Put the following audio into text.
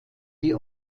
die